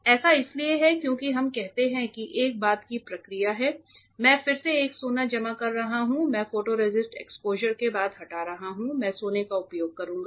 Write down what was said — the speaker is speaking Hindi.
ऐसा इसलिए है क्योंकि हम कहते हैं कि एक बाद की प्रक्रिया है मैं फिर से एक सोना जमा कर रहा हूं मैं फोटोरेसिस्ट एक्सपोजर के बाद हटा रहा हूं मैं सोने का उपयोग करूंगा